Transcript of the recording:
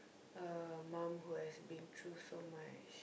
a mum who has been through so much